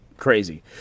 crazy